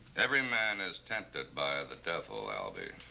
every man is tempted by the devil, albie.